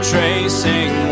Tracing